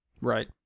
right